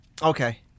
Okay